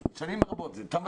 זה לא